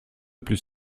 plus